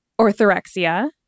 orthorexia